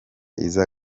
iza